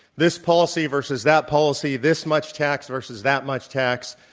this policy versus that policy, this much tax versus that much tax,